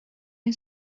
این